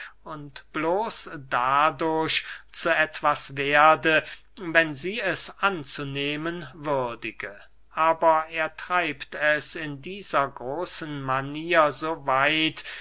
bloß dadurch zu etwas werde wenn sie es anzunehmen würdige aber er treibt es in dieser großen manier